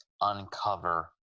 uncover